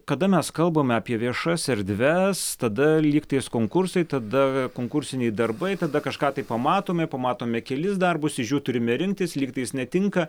kada mes kalbame apie viešas erdves tada lygtais konkursai tada konkursiniai darbai tada kažką tai pamatome ir pamatome kelis darbus iš jų turime rinktis lygtais netinka